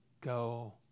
go